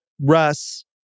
Russ